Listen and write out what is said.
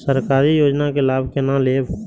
सरकारी योजना के लाभ केना लेब?